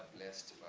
list